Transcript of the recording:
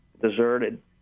deserted